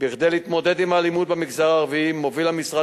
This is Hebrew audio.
כדי להתמודד עם האלימות במגזר הערבי מוביל המשרד